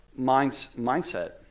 mindset